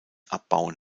abbauen